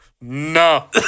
no